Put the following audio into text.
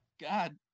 god